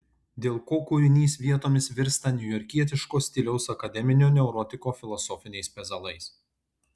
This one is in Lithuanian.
dėl ko kūrinys vietomis virsta niujorkietiško stiliaus akademinio neurotiko filosofiniais pezalais